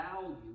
value